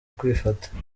kwifata